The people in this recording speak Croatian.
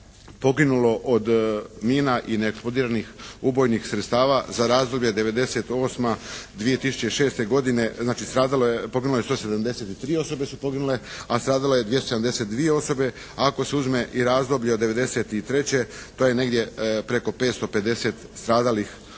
poginulo od mina i neeksplodiranih ubojnih sredstava za razdoblje 1998.-2006. godine, znači stradalo je, poginulo je 173 osobe su poginule a stradalo je 272 osobe. Ako se uzme i razdoblje od 1993. to je negdje preko 550 stradalih osoba.